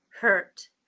hurt